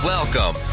Welcome